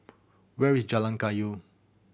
where is Jalan Kayu